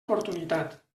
oportunitat